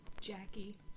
Jackie